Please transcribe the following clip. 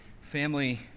family